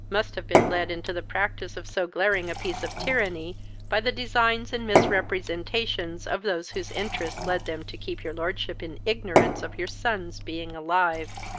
must have been led into the practice of so glaring a piece of tyranny by the designs and misrepresentations of those whose interest led them to keep your lordship in ignorance of your son's being alive.